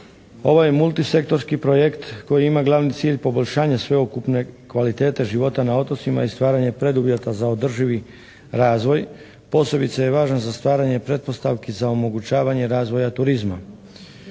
Ovo je multisektorski projekt koji ima glavni cilj poboljšanje sveukupne kvalitete života na otocima i stvaranje preduvjeta za održivi razvoj. Posebice je važan za stvaranje pretpostavki za omogućavanje razvoja turizma.